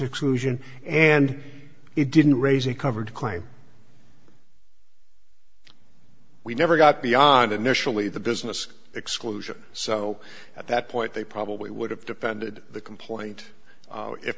exclusion and it didn't raise a covered claim we never got beyond initially the business exclusion so at that point they probably would have defended the complaint